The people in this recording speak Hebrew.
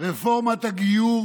רפורמת הגיור